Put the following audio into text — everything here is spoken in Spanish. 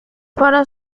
para